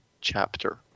chapter